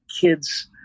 kids